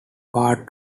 part